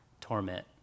torment